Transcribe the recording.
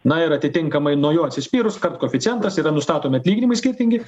na ir atitinkamai nuo jo atsispyrus kad koeficientas yra nustatomi atlyginimai skirtingi